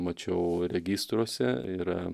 mačiau registruose yra